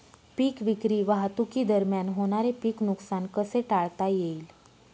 पीक विक्री वाहतुकीदरम्यान होणारे पीक नुकसान कसे टाळता येईल?